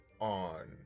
on